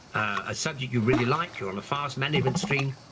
a subject you really like, you're on a fast management stream,